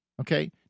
Okay